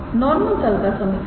normal तल का समीकरण